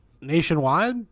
Nationwide